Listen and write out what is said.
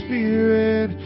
Spirit